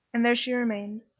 and there she remained,